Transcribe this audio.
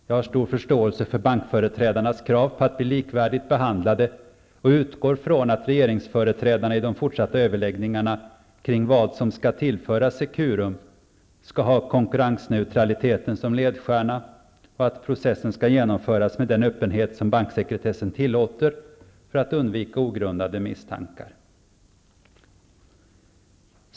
Jag har stor förståelse för bankföreträdarnas krav på att bli likvärdigt behandlade, och jag utgår från att regeringsföreträdarna i de fortsätta överläggningarna kring vad som skall tillföras Securum skall ha konkurrensneutraliteten som ledstjärna och att processen skall genomföras med den öppenhet som banksekretessen tillåter för att undvika ogrundade misstankar.